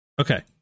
Okay